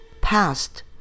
past